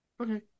Okay